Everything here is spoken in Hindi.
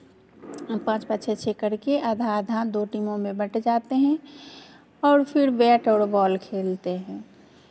पाँच पाँच छः छः करके आधा आधा दो टीमों में बँट जाते हें और फिर बैट और बॉल खेलते हैं